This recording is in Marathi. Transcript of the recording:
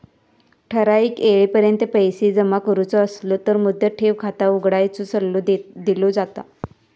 ठराइक येळेपर्यंत पैसो जमा करुचो असलो तर मुदत ठेव खाता उघडण्याचो सल्लो दिलो जाता